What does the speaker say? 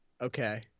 okay